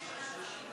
תשיב חברת הכנסת, השרה